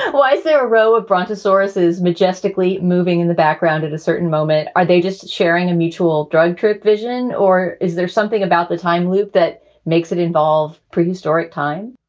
why is there a row of brontosauruses majestically moving in the background at a certain moment? are they just sharing a mutual drug trip vision? or is there something about the time loop that makes it involve prehistoric time?